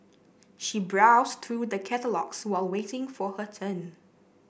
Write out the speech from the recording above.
she browsed through the catalogues while waiting for her turn